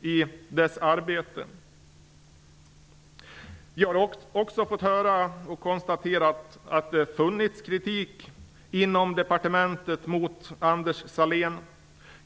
i sitt arbete. Vi har också kunnat konstatera att det inom departementet har funnits kritik mot Anders Sahlén.